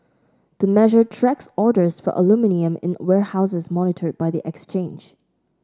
the measure tracks orders for aluminium in warehouses monitored by the exchange